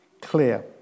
clear